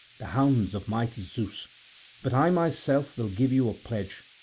the hounds of mighty zeus but i myself will give you a pledge,